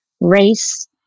race